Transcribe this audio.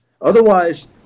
Otherwise